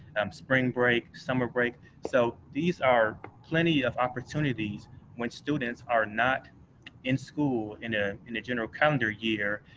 um spring break, summer break. so these are plenty of opportunities when students are not in school in ah in a general calendar year,